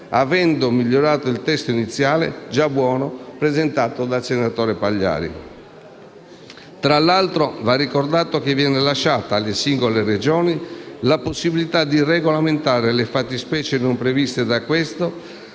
avendo migliorato il testo iniziale, già buono, presentato dal senatore Pagliari. Tra l'altro, va ricordato che viene lasciata alle singole Regioni la possibilità di regolamentare le fattispecie non previste da questa,